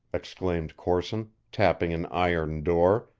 exclaimed corson, tapping an iron door,